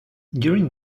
during